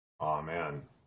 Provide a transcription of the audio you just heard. Amen